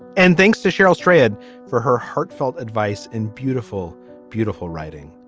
and thanks to cheryl strayed for her heartfelt advice and beautiful beautiful writing.